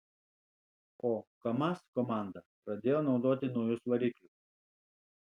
o kamaz komanda pradėjo naudoti naujus variklius